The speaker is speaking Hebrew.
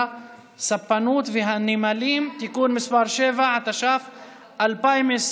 הספנות והנמלים (תיקון מס' 7) התש"ף 2020,